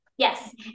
Yes